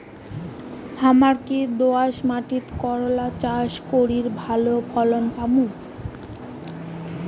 হামরা কি দোয়াস মাতিট করলা চাষ করি ভালো ফলন পামু?